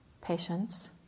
patience